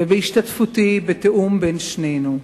ובהשתתפותי, בתיאום בין שנינו,